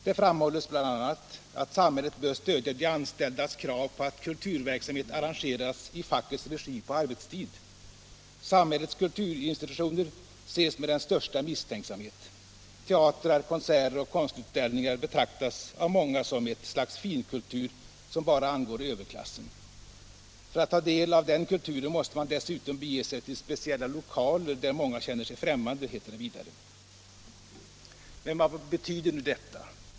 Det framhålls bl.a. att samhället bör stödja de anställda i deras krav på att kulturverksamhet arrangeras i fackets regi på arbetstid. Samhällets kulturinstitutioner ses med den största misstänksamhet. Teatrar, konserter och konstutställningar betraktas av många som ett slags ”finkultur” som bara angår överklassen. För att ta del av den kulturen måste man dessutom bege sig till speciella lokaler, där många känner sig främmande, heter det vidare. Men vad betyder då detta?